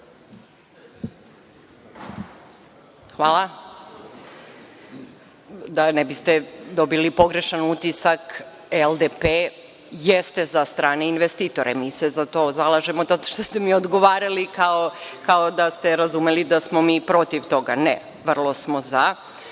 Hvala. Da ne biste dobili pogrešan utisak, LDP jeste za strane investitore. Mi se za to zalažemo, zato što ste mi odgovarali kao da ste razumeli da smo mi protiv toga. Ne, vrlo smo za. Što